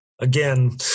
Again